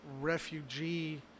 refugee